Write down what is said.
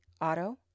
auto